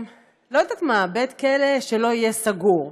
לא יודעת מה, בית כלא שלא יהיה סגור,